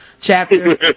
chapter